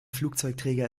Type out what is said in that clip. flugzeugträger